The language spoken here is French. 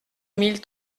mille